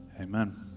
Amen